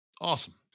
Awesome